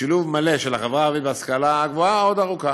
לשילוב מלא של החברה הערבית בהשכלה הגבוהה עוד ארוכה.